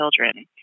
children